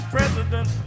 President